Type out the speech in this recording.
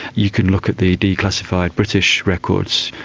you can look at the declassified british records,